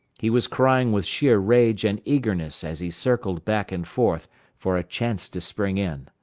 he was crying with sheer rage and eagerness as he circled back and forth for a chance to spring in.